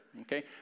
okay